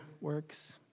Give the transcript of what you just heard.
works